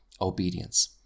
obedience